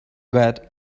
got